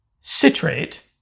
citrate